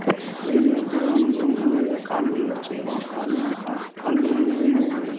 விலங்குகள் இப்போ தான நம்ம வந்து கால்நடைனு வச்சிக்கிறோம் கால்ந கால் கால்நடைகளில் வந்து